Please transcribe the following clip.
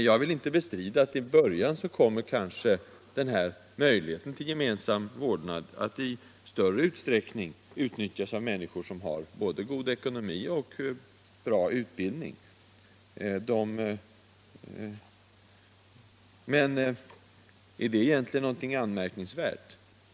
Jag vill inte bestrida att möjligheten till gemensam vårdnad kanske i början kommer att utnyttjas i större utsträckning av människor som har både god ekonomi och bra utbildning. Men är det egentligen något anmärkningsvärt?